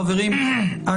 חברים,